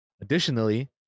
Additionally